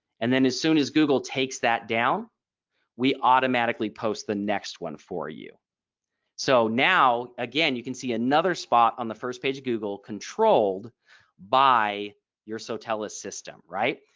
and then as soon as google takes that down we automatically post the next one for you so now again you can see another spot on the first page of google controlled by you're sotellus system. right.